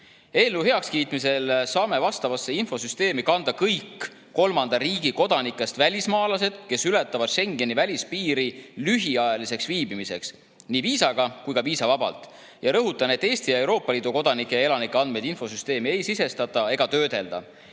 Eelnõu heakskiitmisel saame sellesse infosüsteemi kanda kõik kolmanda riigi kodanikest välismaalased, kes ületavad Schengeni välispiiri lühiajaliseks viibimiseks siin kas viisaga või viisavabalt. Rõhutan, et Eesti ja [teiste] Euroopa Liidu kodanike ja elanike andmeid infosüsteemi ei sisestata ega